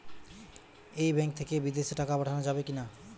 এই ব্যাঙ্ক থেকে বিদেশে টাকা পাঠানো যাবে কিনা?